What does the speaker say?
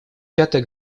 пятое